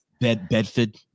Bedford